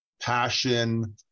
passion